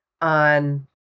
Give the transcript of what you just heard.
on